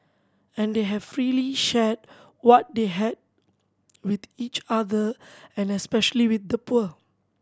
and they have freely shared what they had with each other and especially with the poor